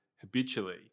habitually